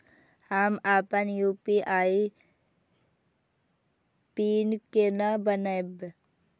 हम अपन UPI PIN केना बनैब?